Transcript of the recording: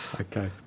Okay